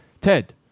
ted